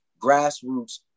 grassroots